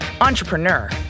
entrepreneur